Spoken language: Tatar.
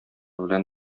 белән